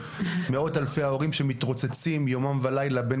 מאות אלפי ההורים שמתרוצצים יומם ולילה בין